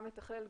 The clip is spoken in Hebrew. גם יתכלל,